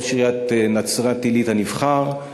ראש עיריית נצרת-עילית הנבחר.